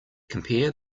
compare